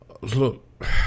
Look